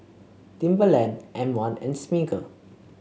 Timberland M one and Smiggle